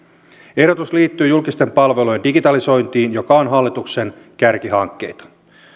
ehdotus liittyy julkisten palvelujen digitalisointiin joka on hallituksen kärkihankkeita